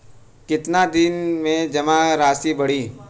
कितना दिन में जमा राशि बढ़ी?